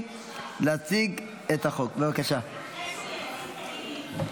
לאומי לצורך הכנתה לקריאה השנייה ולקריאה השלישית.